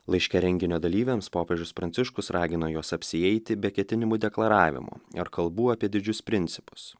laiške renginio dalyviams popiežius pranciškus ragino juos apsieiti be ketinimų deklaravimo ar kalbų apie didžius principus